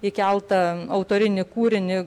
įkeltą autorinį kūrinį